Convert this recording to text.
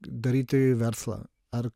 daryti verslą ar